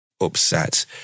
upset